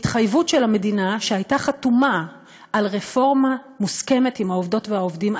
התחייבות של המדינה שהייתה חתומה על רפורמה מוסכמת עם העובדות והעובדים.